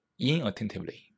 inattentively